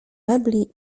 mebli